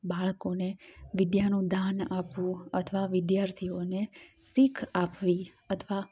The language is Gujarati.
બાળકોને વિદ્યાનું દાન આપવું અથવા વિદ્યાર્થીઓને સીખ આપવી અથવા